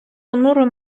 понуро